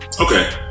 Okay